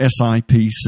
SIPC